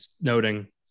noting